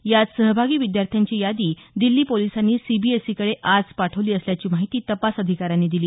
यात सहभागी विद्यार्थ्यांची यादी दिल्ली पोलिसांनी सीबीएसईकडे आज पाठवली असल्याची माहिती तपास अधिकाऱ्यांनी दिली